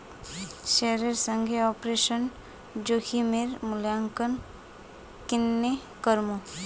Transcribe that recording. शेयरेर संगे ऑपरेशन जोखिमेर मूल्यांकन केन्ने करमू